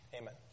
Amen